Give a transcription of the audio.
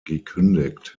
gekündigt